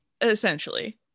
essentially